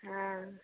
हँ